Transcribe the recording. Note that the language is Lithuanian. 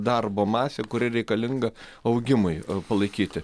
darbo masę kuri reikalinga augimui palaikyti